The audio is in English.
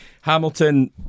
Hamilton